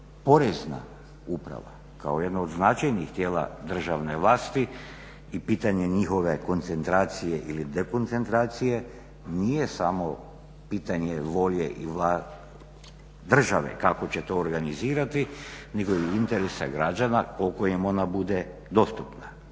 porezna uprava kao jedna od značajnih tijela državne vlasti i pitanje njihove koncentracije ili dekoncentracije nije samo pitanje volje i države kako će to organizirati nego i interesa građana u kojem ona bude dostupna,